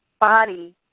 body